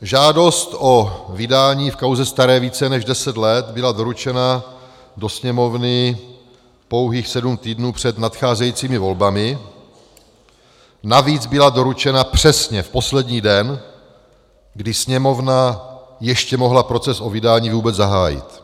Žádost o vydání v kauze staré více než deset let byla doručena do Sněmovny pouhých sedm týdnů před nadcházejícími volbami, navíc byla doručena přesně v poslední den, kdy Sněmovna ještě mohla proces o vydání vůbec zahájit.